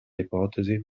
ipotesi